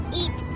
eat